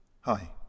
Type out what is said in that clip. Hi